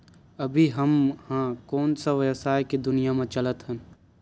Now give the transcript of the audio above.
अभी हम ह कोन सा व्यवसाय के दुनिया म चलत हन?